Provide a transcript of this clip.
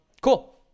cool